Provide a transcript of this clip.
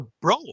bro